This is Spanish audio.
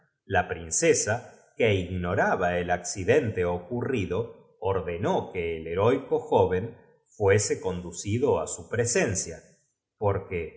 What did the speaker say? la prince sa que ignora ba el acciden te ocurri do ordenó que el heroico joven fuese conducido á su presencia porque á